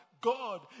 God